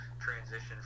transition